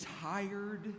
tired